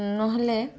ନହେଲେ